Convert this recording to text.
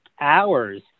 hours